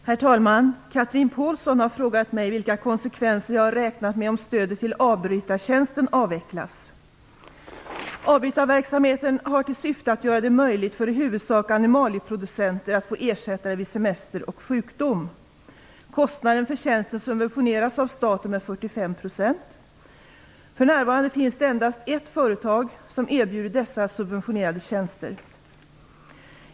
Herr talman! Chatrine Pålsson har frågat mig vilka konsekvenser jag har räknat med om stödet till avbrytartjänsten avvecklas. Avbytarverksamheten har till syfte att göra det möjligt för i huvudsak animalieproducenter att få ersättare vid semester och sjukdom. Kostnaden för tjänsten subventioneras av staten med 45 %. För närvarande finns det endast ett företag som erbjuder dessa subventionerade tjänster.